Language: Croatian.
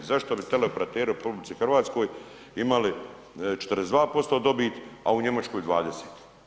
Zašto bi teleoperateri u RH imali 42% dobit, a u Njemačkoj 20%